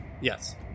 Yes